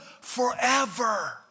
forever